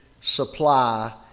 supply